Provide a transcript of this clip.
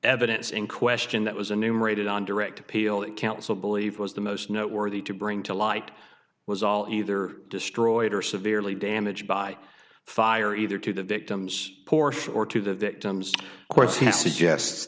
evidence in question that was a numerated on direct appeal and counsel believe was the most noteworthy to bring to light was all either destroyed or severely damaged by fire either to the victim's porsche or to the victim's course